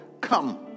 come